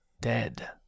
dead